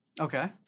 Okay